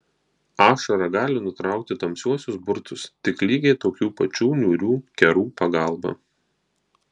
ašara gali nutraukti tamsiuosius burtus tik lygiai tokių pačių niūrių kerų pagalba